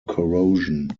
corrosion